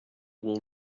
will